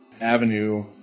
avenue